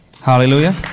Hallelujah